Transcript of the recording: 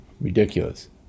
Ridiculous